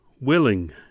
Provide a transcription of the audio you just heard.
willing